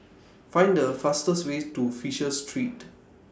Find The fastest Way to Fisher Street